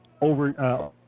over